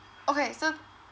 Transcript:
okay so